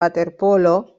waterpolo